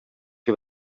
qui